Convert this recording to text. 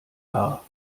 haar